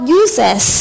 uses